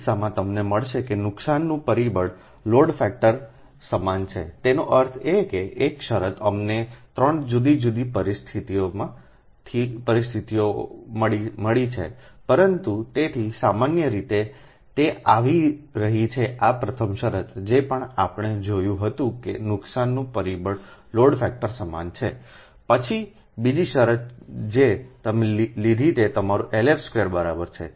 તે કિસ્સામાં તમને મળશે કે નુકસાનનું પરિબળ લોડ ફેક્ટર સમાન છેતેનો અર્થ એ કે એક શરત અમને 3 જુદી જુદી પરિસ્થિતિઓ મળી છે પરંતુ તેથી સામાન્ય રીતે તે આવી રહી છે આ પ્રથમ શરત જે પણ આપણે જોયું હતું કે નુકસાનનું પરિબળ લોડ ફેક્ટર સમાન છે પછી બીજી શરત જે તમે લીધી તે તમારીLF2 બરાબર છે